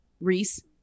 Reese